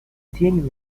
think